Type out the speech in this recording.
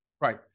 Right